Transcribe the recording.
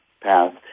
path